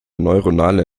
neuronale